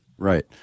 Right